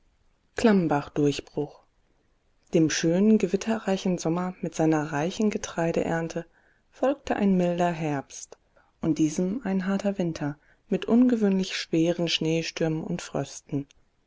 klammbach durchbruch dem schönen gewitterreichen sommer mit seiner reichen getreideernte folgte ein milder herbst und diesem ein harter winter mit ungewöhnlich schweren schneestürmen und frösten